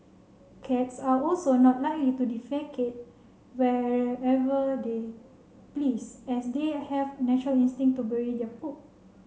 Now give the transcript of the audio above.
cats are also not likely to defecate wherever they please as they are have natural instinct to bury their poop